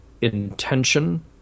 intention